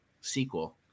sequel